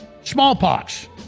smallpox